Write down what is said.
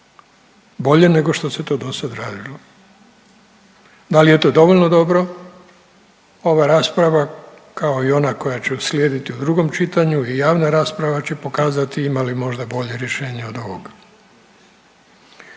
bolje nego što se to dosad radilo, da li je to dovoljno dobro ova rasprava, kao i ona koja će uslijediti u drugom čitanju i javna rasprava će pokazati ima li možda bolje rješenje od ovog.